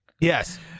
Yes